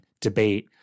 debate